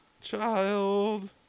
Child